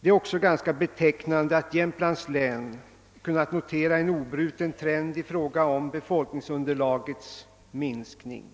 Det är också ganska betecknande att Jämtlands län kunnat notera en obruten trend i fråga om befolkningsunderlagets minskning.